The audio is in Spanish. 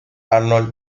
arnold